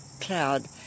cloud